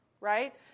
Right